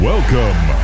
Welcome